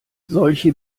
solche